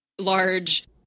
large